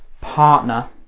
partner